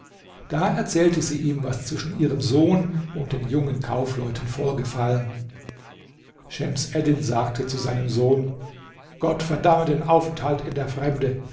da erzählte sie ihm was zwischen ihrem sohn und den jungen kaufleuten vorgefallen schems eddin sagte zu seinem sohn gott verdamme den aufenthalt in der fremde